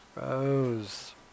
Rose